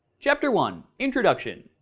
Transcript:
chapter one introduction,